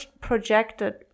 projected